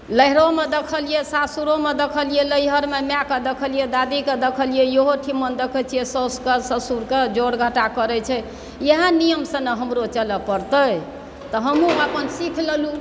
नैहरोमे देखलियै सासुरोमे देखलियै नैहरमे मायके देखलियै दादीके देखलियै इहोठिमन देखैत छियै सासुकेँ ससुरकेँ जोड़ घटा करैत छै इएह नियमसँ ने हमरो चलऽ पड़तै तऽ हमहूँ अपन सीख लेलहुँ